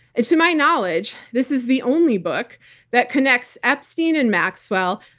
and to my knowledge this is the only book that connects epstein and maxwell,